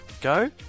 Go